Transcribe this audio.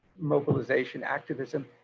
mobilization, activism,